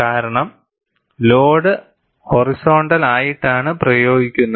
കാരണം ലോഡ്ഹൊറിസോണ്ടൽ ആയിട്ടാണ് പ്രയോഗിക്കുന്നത്